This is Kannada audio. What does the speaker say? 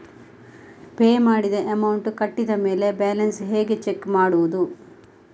ಪೇ ಮಾಡಿದ ಅಮೌಂಟ್ ಕಟ್ಟಿದ ಮೇಲೆ ಬ್ಯಾಲೆನ್ಸ್ ಹೇಗೆ ಚೆಕ್ ಮಾಡುವುದು?